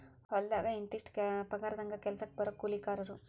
ಹೊಲದಾಗ ಇಂತಿಷ್ಟ ಪಗಾರದಂಗ ಕೆಲಸಕ್ಜ ಬರು ಕೂಲಿಕಾರರು